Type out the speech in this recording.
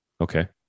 Okay